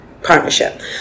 partnership